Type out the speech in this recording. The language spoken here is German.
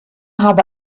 habe